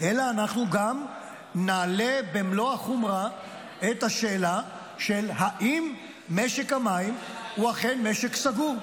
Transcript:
אלא גם נעלה במלוא החומרה את השאלה אם משק המים הוא אכן משק סגור.